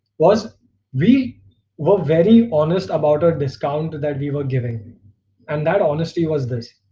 was we were very honest about a discount that we were giving and that honesty was this